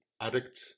addict